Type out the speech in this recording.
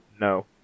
No